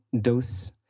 dose